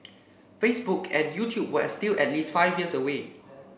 Facebook and YouTube were still at least five years away